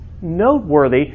noteworthy